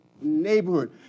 neighborhood